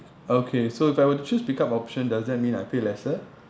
okay so if I were to choose pick up option does that mean I pay lesser